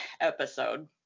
episode